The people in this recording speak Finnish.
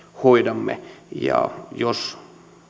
hoidamme jos